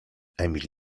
emil